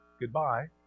goodbye